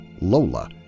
Lola